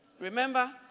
Remember